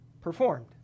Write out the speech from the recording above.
performed